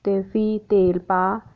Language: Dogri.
ते फ्ही तेल पा